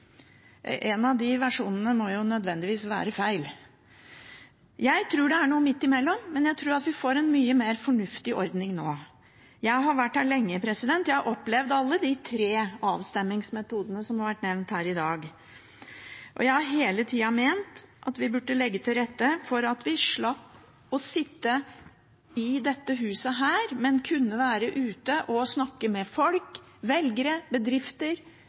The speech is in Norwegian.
En av de versjonene må jo nødvendigvis være feil. Jeg tror det er noe midt imellom, men jeg tror vi får en mye mer fornuftig ordning nå. Jeg har vært her lenge og har opplevd alle de tre avstemningsmetodene som har vært nevnt her i dag. Og jeg har hele tida ment at vi bør legge til rette for at vi slipper å sitte i dette huset, men kan være ute og snakke med velgere og folk i bedrifter